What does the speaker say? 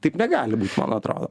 taip negali būt man atrodo